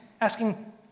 asking